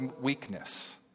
weakness